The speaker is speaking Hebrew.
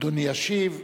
אדוני ישיב,